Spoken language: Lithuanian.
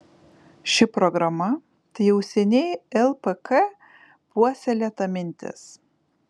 ši programa tai jau seniai lpk puoselėta mintis